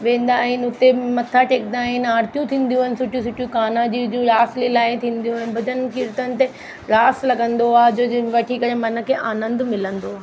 वेंदा आहिनि हुते मथा टेकंदा आहिनि आरतियूं थींदियूं आहिनि सुठियूं सुठियूं कान्हा जी जूं रास लीला थींदियूं आहिनि भॼन कीर्तन ते रास लॻंदो आहे जो जे वठी करे मन खे आनंदु मिलंदो आहे